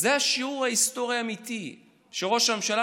אז זה השיעור ההיסטורי האמיתי שראש הממשלה